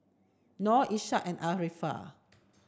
Nor Ishak and Arifa